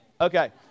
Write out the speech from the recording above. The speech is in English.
Okay